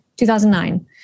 2009